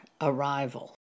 arrival